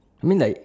I mean like